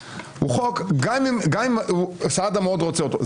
גם אם סעדה מאוד רוצה אותו,